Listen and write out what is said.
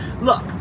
Look